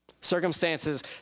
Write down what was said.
circumstances